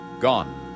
Gone